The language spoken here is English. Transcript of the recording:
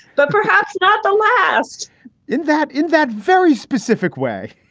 but perhaps not the last in that in that very specific way